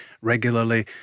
regularly